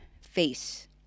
face